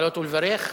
לעלות ולברך,